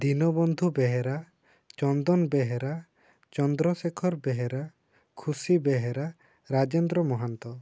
Dinabandhu Behera Chandan Behera Chandrashekhar Behera Khushi Behera Rajendra Mahanta